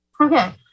Okay